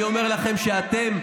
אני אומר לכם שאתם,